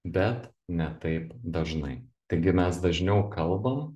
bet ne taip dažnai taigi mes dažniau kalbam